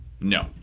No